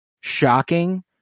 shocking